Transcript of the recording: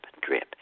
drip